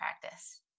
practice